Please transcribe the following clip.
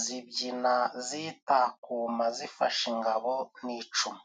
zibyina zitakuma zifashe ingabo n'icumu.